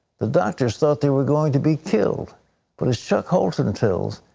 the doctors thought they were going to be killed but as chuck holt and tells,